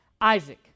Isaac